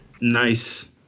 Nice